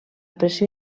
pressió